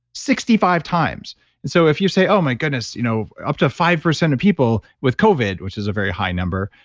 sixty five times and so if you say, oh, my goodness you know up to five percent of people with covid, which is a very high number.